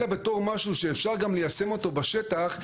אלא בתור משהו שאפשר גם ליישם אותו בשטח,